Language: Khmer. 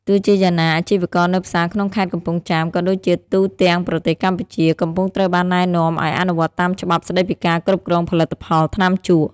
ទោះជាយ៉ាងណា អាជីវករនៅផ្សារក្នុងខេត្តកំពង់ចាម ក៏ដូចជាទូទាំងប្រទេសកម្ពុជា កំពុងត្រូវបានណែនាំឲ្យអនុវត្តតាមច្បាប់ស្ដីពីការគ្រប់គ្រងផលិតផលថ្នាំជក់។